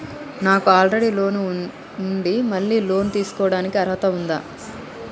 నాకు already loan ఉండి మళ్ళీ లోన్ తీసుకోవడానికి అర్హత ఉందా?